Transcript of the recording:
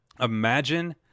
Imagine